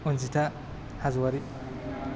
अनजिथा हाज'वारि